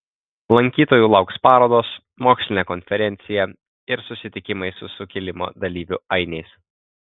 lankytojų lauks parodos mokslinė konferencija ir susitikimai su sukilimo dalyvių ainiais